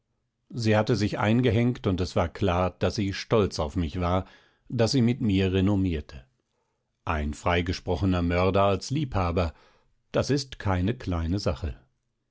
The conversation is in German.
sie hatte sich eingehängt und es war klar daß sie stolz auf mich war daß sie mit mir renommierte ein freigesprochener mörder als liebhaber das ist keine kleine sache